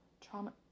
trauma